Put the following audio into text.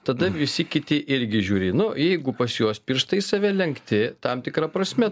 tada visi kiti irgi žiūri nu jeigu pas juos pirštais save lenkti tam tikra prasme